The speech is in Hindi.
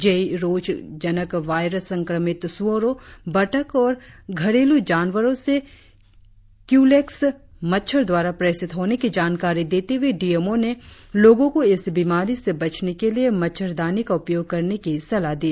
जे ई रोगजनक वायरस संक्रमिक सूअरों बतख और घरेलू जानवरों से क्यूलेक्स मच्छर द्वारा प्रेषित होने की जानकारी देते हुए डी एम ओ ने लोगों को इस बीमारी से बचने के लिए मच्छर दानी का उपयोग करने की सलाह दी